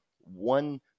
one